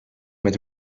met